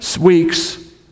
weeks